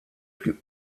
plus